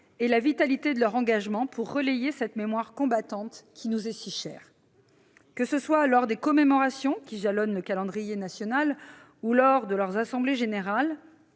et la vitalité de leur engagement pour relayer cette mémoire combattante qui nous est si chère. Que ce soit lors des commémorations qui jalonnent le calendrier national ou lors de leurs assemblées générales,